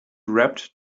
wrapped